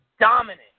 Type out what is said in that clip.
dominant